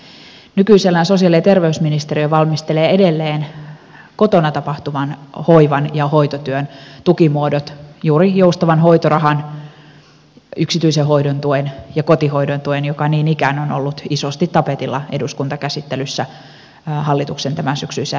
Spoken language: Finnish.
nykyisellään sosiaali ja terveysministeriö valmistelee edelleen kotona tapahtuvan hoiva ja hoitotyön tukimuodot juuri joustavan hoitorahan yksityisen hoidon tuen ja kotihoidon tuen joka niin ikään on ollut isosti tapetilla eduskuntakäsittelyssä hallituksen tämänsyksyisen rakennepaketin myötä